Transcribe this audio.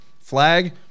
flag